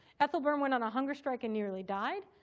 ethel byrne went on a hunger strike and nearly died.